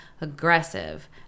aggressive